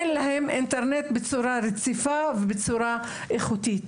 אין להם אינטרנט בצורה רציפה ובצורה איכותית.